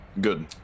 good